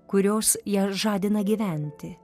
kurios ją žadina gyventi